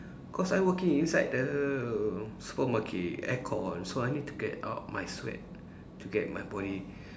cause I working inside the supermarket aircon so I need to get out my sweat to get my body